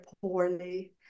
poorly